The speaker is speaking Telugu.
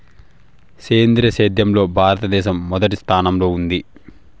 సేంద్రీయ సేద్యంలో భారతదేశం మొదటి స్థానంలో ఉంది